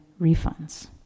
refunds